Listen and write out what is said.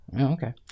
Okay